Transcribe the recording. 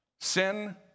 Sin